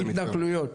התנכלויות.